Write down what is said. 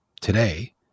today